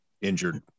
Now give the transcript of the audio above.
injured